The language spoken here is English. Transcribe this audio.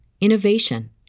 innovation